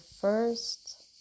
first